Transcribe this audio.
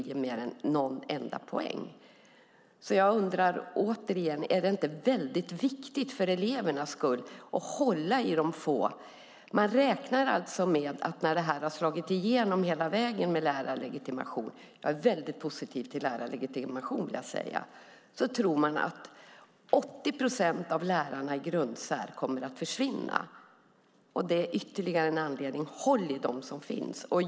Jag undrar återigen: Är det inte mycket viktigt för elevernas skull att hålla i dessa få lärare? När införandet av lärarlegitimation har slagit igenom hela vägen - jag är mycket positiv till lärarlegitimation - räknar man med att 80 procent av lärarna i grundsärskolan kommer att försvinna. Det är ytterligare en anledning till att man ska hålla i dem som finns.